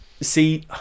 See